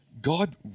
God